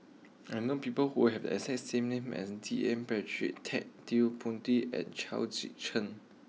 I know people who have the exact same name as D N Pritt Ted De Ponti and Chao Tzee Cheng